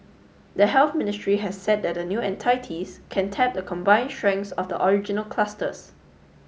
the Health Ministry has said that the new entities can tap the combined strengths of the original clusters